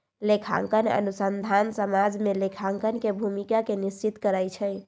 लेखांकन अनुसंधान समाज में लेखांकन के भूमिका के निश्चित करइ छै